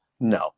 no